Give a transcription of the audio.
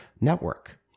network